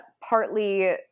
partly